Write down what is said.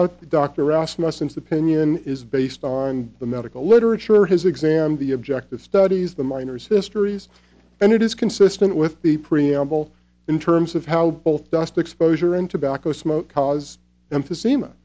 rasmussen's opinion is based on the medical literature his exam the objective studies the miners histories and it is consistent with the preamble in terms of how both dust exposure and tobacco smoke cause emphysema